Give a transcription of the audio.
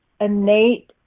innate